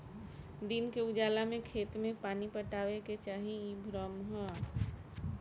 दिन के उजाला में खेत में पानी पटावे के चाही इ भ्रम ह